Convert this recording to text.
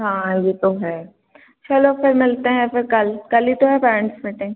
हाँ यह तो है चलो फिर मिलते हैं फिर कल कल ही तो है पैरेंट्स मीटिंग